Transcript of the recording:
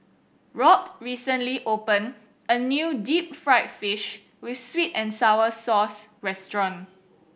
Robt recently opened a new deep fried fish with sweet and sour sauce restaurant